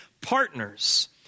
partners